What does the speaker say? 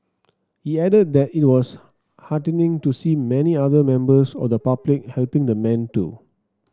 he added that it was heartening to see many other members of the public helping the man too